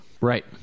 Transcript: Right